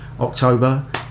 October